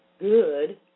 good